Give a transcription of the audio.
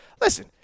Listen